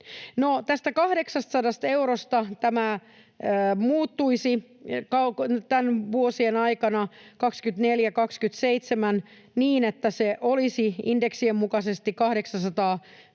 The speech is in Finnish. tästä 800 eurosta tämä muuttuisi vuosien 24—27 aikana niin, että kun se olisi indeksien mukaisesti 893,75,